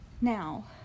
Now